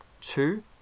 two